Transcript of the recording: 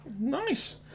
Nice